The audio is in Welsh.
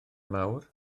mawr